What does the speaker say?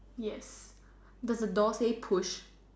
yes does the door say push